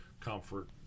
comfort